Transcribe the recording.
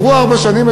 עברו ארבע שנים,